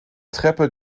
treppe